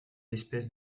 espèces